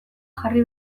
jarri